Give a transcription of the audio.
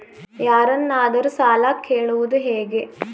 ಯಾರನ್ನಾದರೂ ಸಾಲ ಕೇಳುವುದು ಹೇಗೆ?